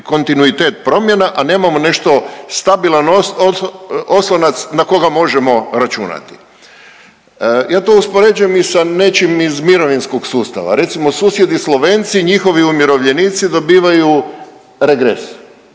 kontinuitet promjena, a nemamo nešto stabilan oslonac na koga možemo računati. Ja to uspoređujem i sa nečim iz mirovinskog sustava. Recimo susjedi Slovenci, njihovi umirovljenici dobivaju regres,